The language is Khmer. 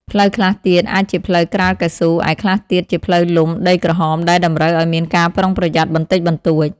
ផ្លូវខ្លះទៀតអាចជាផ្លូវក្រាលកៅស៊ូ ឯខ្លះទៀតជាផ្លូវលំដីក្រហមដែលតម្រូវឲ្យមានការប្រុងប្រយ័ត្នបន្តិចបន្តួច។